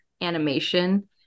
animation